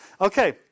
Okay